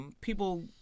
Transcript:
people